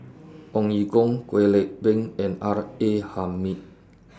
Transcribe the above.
Ong Ye Kung Kwek Leng Beng and R A Hamid